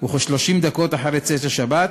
וכ-30 דקות אחרי צאת השבת